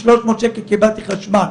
קיבלתי חשבון חשמל